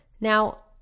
Now